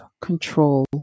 control